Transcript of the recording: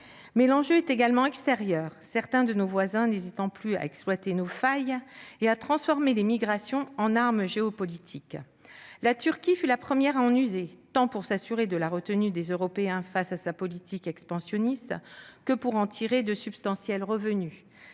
Mais l'enjeu est également extérieur, certains de nos voisins n'hésitant plus à exploiter nos failles et à transformer les migrations en arme géopolitique. La Turquie fut la première à en user, tant pour s'assurer de la retenue des Européens face à sa politique expansionniste que pour en tirer de substantiels revenus-